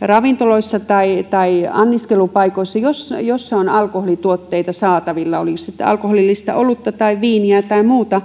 ravintoloissa tai tai anniskelupaikoissa joissa on alkoholituotteita saatavilla oli se sitten alkoholillista olutta tai viiniä tai muuta